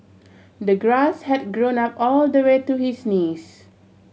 the grass had grown up all the way to his knees